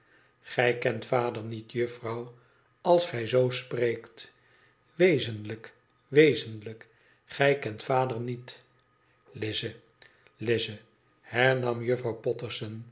gij kent vader niet juffrouw als gij zoo spreekt wezenlijk wezenlijk gij kent vader niet lize lize hernam juffrouw potterson